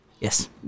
Yes